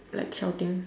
like shouting